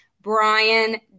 Brian